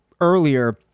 earlier